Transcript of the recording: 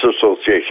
Association